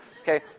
Okay